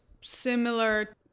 similar